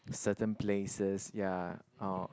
certain places ya or